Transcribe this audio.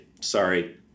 sorry